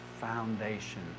foundation